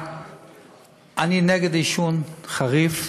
אני נגד עישון, חריף.